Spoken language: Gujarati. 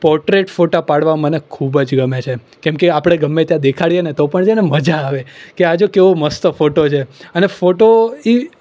પોર્ટ્રેટ ફોટા પાડવા મને ખૂબ જ ગમે છે કેમકે આપણે ગમે ત્યાં દેખાડીએ ને તો પણ છે ને મજા આવે કે આ જો કેવો મસ્ત ફોટો છે અને ફોટો એ